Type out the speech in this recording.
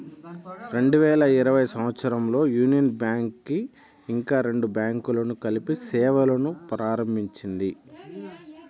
రెండు వేల ఇరవై సంవచ్చరంలో యూనియన్ బ్యాంక్ కి ఇంకా రెండు బ్యాంకులను కలిపి సేవలును ప్రారంభించింది